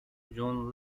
john